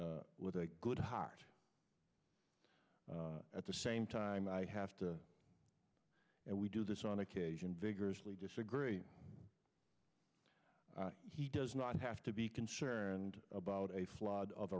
speak with a good heart at the same time i have to and we do this on occasion vigorously disagree he does not have to be concerned about a flood of